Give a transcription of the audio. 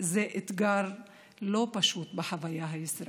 זה אתגר לא פשוט בחוויה הישראלית.